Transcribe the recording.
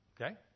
Okay